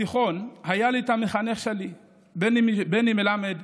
בתיכון היה לי את המחנך שלי, בני מלמד,